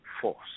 force